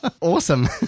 Awesome